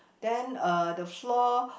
then uh the floor